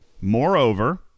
moreover